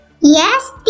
Yes